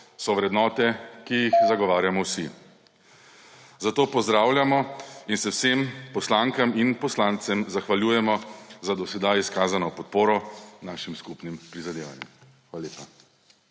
so vrednote, ki jih zagovarjamo vsi. Zato pozdravljamo in se vsem poslankam in poslancem zahvaljujemo za do sedaj izkazano podporo našim skupnim prizadevanjem. Hvala lepa.